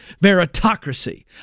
meritocracy